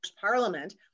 parliament